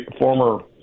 former